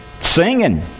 Singing